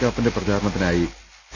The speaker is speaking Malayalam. കാപ്പന്റെ പ്രചരണത്തിനായി സി